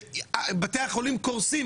בתי החולים קורסים,